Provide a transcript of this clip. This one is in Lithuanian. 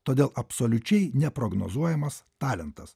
todėl absoliučiai neprognozuojamas talentas